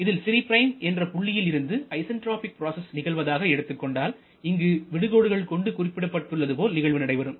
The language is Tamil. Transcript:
இந்த c' என்ற புள்ளியில் இருந்து ஐசன்ட்ராபிக் ப்ராசஸ் நிகழ்வதாக எடுத்துக்கொண்டால் இங்கு விடு கோடுகள் கொண்டு குறிக்கப்பட்டுள்ளது போல் நிகழ்வு நடைபெறும்